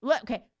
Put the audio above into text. Okay